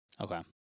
Okay